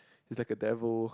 he's like a devil